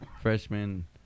freshman